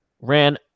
ran